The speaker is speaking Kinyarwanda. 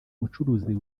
mucuruzi